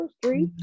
three